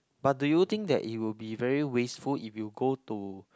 but do you think that it will be very wasteful if you go to